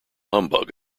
humbug